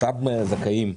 אותם זכאים,